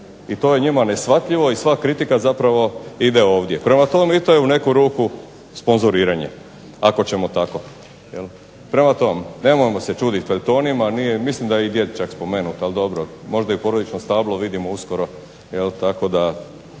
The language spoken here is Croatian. I to je njima neshvatljivo i sva kritika zapravo ide ovdje, prema tome i to je u neku ruku sponzoriranje ako ćemo tako. Prema tome, nemojmo se čudit feljtona, mislim da je i djed čak spomenut, ali dobro, možda i porodično stablo vidimo uskoro.